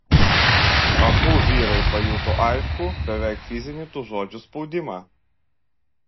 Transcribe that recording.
abu vyrai pajuto aiškų beveik fizinį tų žodžių spaudimą